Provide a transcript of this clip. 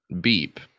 beep